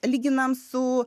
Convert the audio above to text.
lyginam su